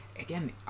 again